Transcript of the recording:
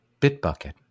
Bitbucket